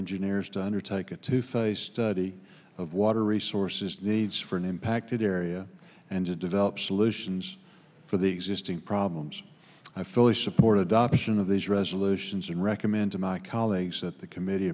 engineers to undertake a tooth a study of water resources needs for an impacted area and to develop solutions for the existing problems i fully support adoption of these resolutions and recommend to my colleagues that the committee